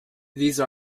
these